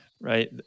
right